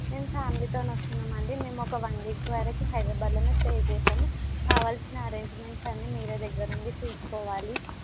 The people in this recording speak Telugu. మేము ఫ్యామిలీతోనే వస్తున్నామండీ మేమొక వన్ వీకు వరకు హైద్రాబ్యాడ్లోనే స్టే చేస్తాము కావాల్సిన అరేంజ్మెంట్స్ అన్నీ మీరే దగ్గరుండి చూసుకోవాలి